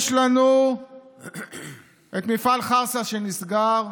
יש לנו מפעל חרסה, שנסגר,